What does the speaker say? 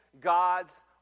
God's